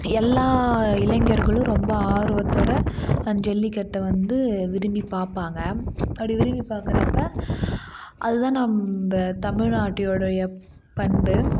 எல்லா இளைஞர்களும் ரொம்ப ஆர்வத்தோட ஜல்லிக்கட்டை வந்து விரும்பி பார்ப்பாங்க அப்படி விரும்பி பார்க்குறப்ப அது தான் நம்ம தமிழ்நாட்டோடைய பண்பு